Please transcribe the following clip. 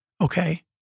okay